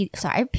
Sorry